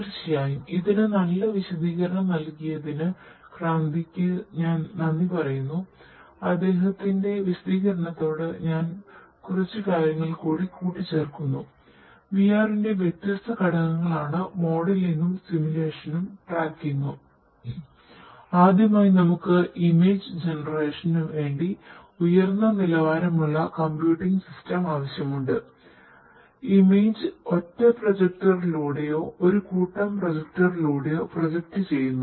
തീർച്ചയായും ഇതിന് നല്ല വിശദീകരണം നൽകിയതിന് ക്രാന്തിക്ക് ചെയ്യുന്നു